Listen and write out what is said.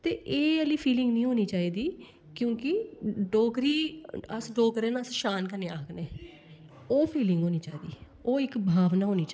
ते एह् आह्ली फीलिंग निं होनी चाहिदी क्योंकि डोगरी अस डोगरे न अस शान कन्नै आक्खनै न ओह् इक्क फीलिंग होना चाहिदी ओह् इक्क भावना होना चाहिदी